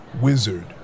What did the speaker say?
wizard